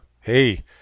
Hey